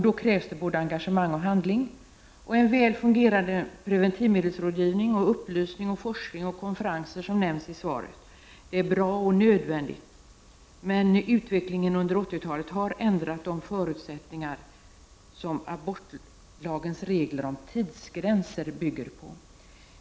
Då krävs både engagemang och handling, en väl fungerade preventivmedelsrådgivning, upplysning, forskning och konferenser, som nämns i svaret. Det är bra och nödvändigt. Utvecklingen under 1980-talet har ändrat de förutsättningar som abortlagens regler om tidsgränser bygger på.